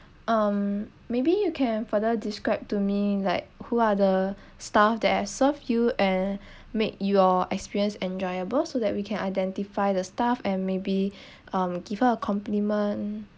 um maybe you can further described to me like who are the staff that have served you and make your experience enjoyable so that we can identify the staff and maybe um give her a complement